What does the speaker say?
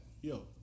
yo